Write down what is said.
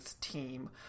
team